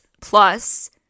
Plus